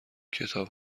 کتاب